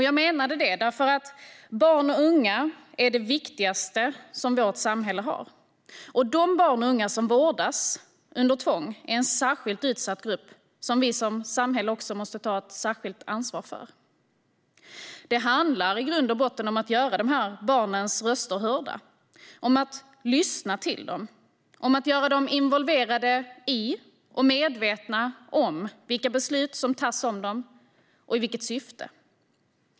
Jag menade det därför att barn och unga är det viktigaste vårt samhälle har, och de barn och unga som vårdas under tvång är en särskilt utsatt grupp som vi som samhälle måste ta ett särskilt ansvar för. Det handlar i grund och botten om att göra de här barnens röster hörda, om att lyssna till dem, om att göra dem involverade i och medvetna om vilka beslut som tas om dem och i vilket syfte.